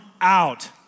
out